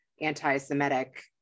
anti-Semitic